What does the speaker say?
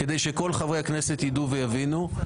כדי שכל חברי הכנסת ידעו ויבינו.